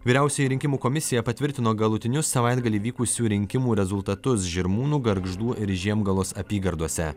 vyriausioji rinkimų komisija patvirtino galutinius savaitgalį vykusių rinkimų rezultatus žirmūnų gargždų ir žiemgalos apygardose